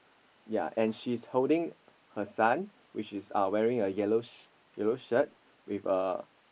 ya and she is holding her son which is uh wearing a yellow sh~ yellow shirt with a